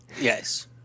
Yes